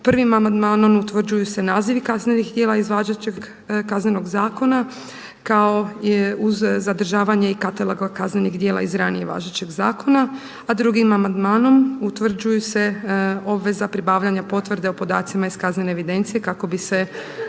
Prvim amandmanom utvrđuju se nazivi kaznenih djela iz važećeg Kaznenog zakona kao uz zadržavanje kataloga kaznenih djela iz ranije važećeg zakona. A drugim amandmanom utvrđuju se obveza pribavljanja potvrde o podacima iz kaznene evidencije kako bi se